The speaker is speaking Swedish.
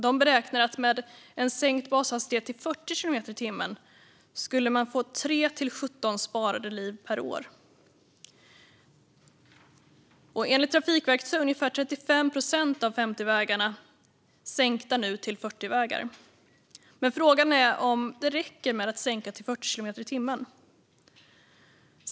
De beräknade att man med en bashastighet som sänktes till 40 kilometer i timmen skulle få 3-17 sparade liv per år. Enligt Trafikverket har ungefär 35 procent av 50-vägarna nu sänkts till 40-vägar. Men frågan är om det räcker med att sänka till 40 kilometer i timmen.